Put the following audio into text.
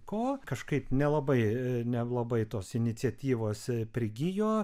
ko kažkaip nelabai nelabai tos iniciatyvos prigijo